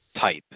type